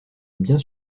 bien